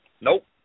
Nope